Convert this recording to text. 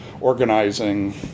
organizing